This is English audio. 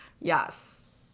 Yes